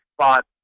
spot